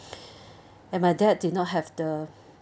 and my dad didn't have the